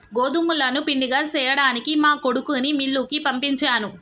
గోదుములను పిండిగా సేయ్యడానికి మా కొడుకుని మిల్లుకి పంపించాను